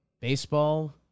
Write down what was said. baseball